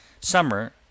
Summer